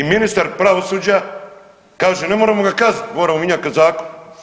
I ministar pravosuđa kaže ne moremo ga kaznit, moramo minjat zakon.